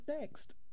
next